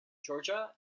georgia